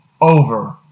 over